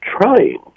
trying